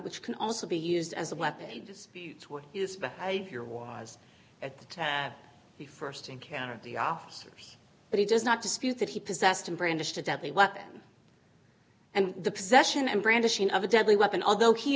which can also be used as a weapon disputes or his behavior was at the time the first encounter of the officers but he does not dispute that he possessed and brandished a deadly weapon and the possession and brandishing of a deadly weapon although he